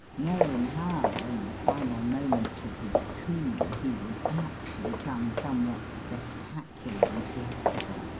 knowing how, in the final moments of his coups, he was apt to become somewhat spectacular and theatrical,